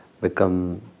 become